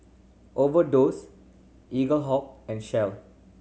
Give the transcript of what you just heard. Overdose Eaglehawk and Shell